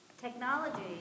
technology